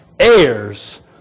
heirs